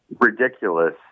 ridiculous